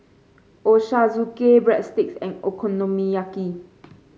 Ochazuke Breadsticks and Okonomiyaki